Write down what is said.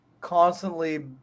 constantly